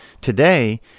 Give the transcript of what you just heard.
Today